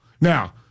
Now